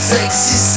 Sexy